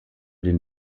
den